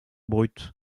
brut